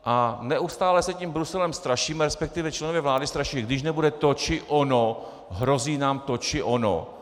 A neustále se tím Bruselem strašíme, resp. členové vlády straší když nebude to či ono, hrozí nám to či ono.